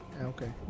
Okay